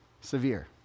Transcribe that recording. Severe